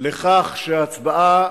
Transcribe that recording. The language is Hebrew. לכך שהצבעה